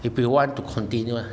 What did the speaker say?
if you want to continue lah